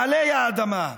בעלי האדמה,